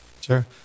Sure